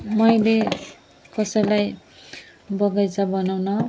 मैले कसैलाई बगैँचा बनाउन